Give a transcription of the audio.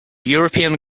european